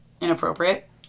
Inappropriate